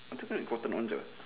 nanti aku tengok Cotton On sia